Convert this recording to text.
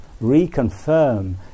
reconfirm